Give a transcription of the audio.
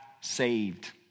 saved